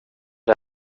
det